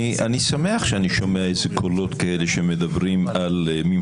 אני שמח שאני שומע איזה קולות כאלה שמדברים ממך,